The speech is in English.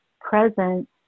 present